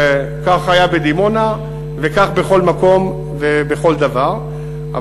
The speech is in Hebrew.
וכך היה בדימונה וכך בכל מקום ובכל דבר,